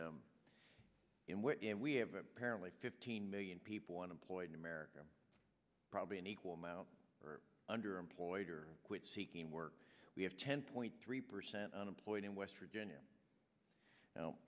in which we have apparently fifteen million people unemployed in america probably an equal amount underemployed or quit seeking work we have ten point three percent unemployed in west virginia